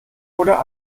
oder